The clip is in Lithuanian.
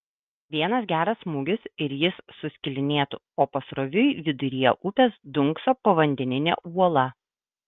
vienas geras smūgis ir jis suskilinėtų o pasroviui viduryje upės dunkso povandeninė uola